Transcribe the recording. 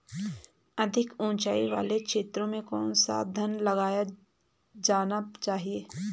अधिक उँचाई वाले क्षेत्रों में कौन सा धान लगाया जाना चाहिए?